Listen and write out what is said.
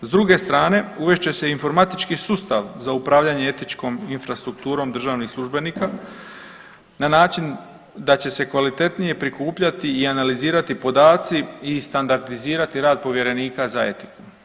S druge strane, uvest će se informatički sustav za upravljanje etičkom infrastrukturom državnih službenika na način da će se kvalitetnije prikupljati i analizirati podaci i standardizirati rad povjerenika za etiku.